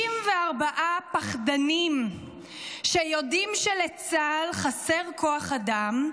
64 פחדנים שיודעים שלצה"ל חסר כוח אדם,